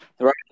Right